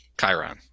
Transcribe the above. Chiron